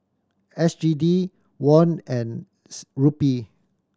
S G D Won and Rupee